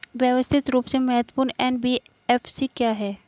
व्यवस्थित रूप से महत्वपूर्ण एन.बी.एफ.सी क्या हैं?